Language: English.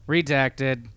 Redacted